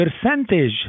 percentage